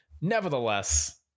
nevertheless